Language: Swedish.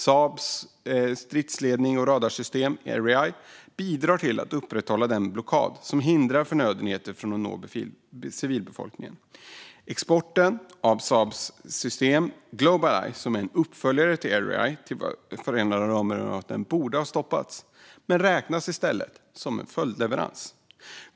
Saabs stridslednings och radarsystem Erieye bidrar till att upprätthålla den blockad som hindrar att förnödenheter når civilbefolkningen. Exporten av Saabs system Globaleye, som är en uppföljare till Erieye, till Förenade Arabemiraten borde ha stoppats men räknas i stället som en följdleverans.